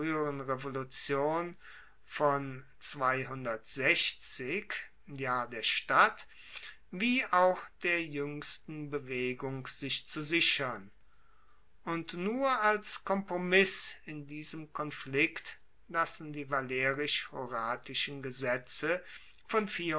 revolution von der stadt wie auch der juengsten bewegung sich zu sichern und nur als kompromiss in diesem konflikt lassen die valerisch horatischen gesetze von